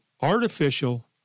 artificial